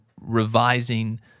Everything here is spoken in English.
revising